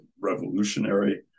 revolutionary